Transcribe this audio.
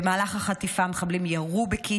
במהלך החטיפה המחבלים ירו בקית',